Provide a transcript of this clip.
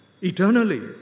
eternally